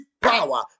power